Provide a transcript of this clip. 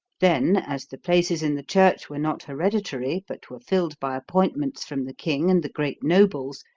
then, as the places in the church were not hereditary, but were filled by appointments from the king and the great nobles,